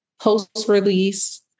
post-release